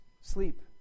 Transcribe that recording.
sleep